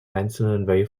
einzelnen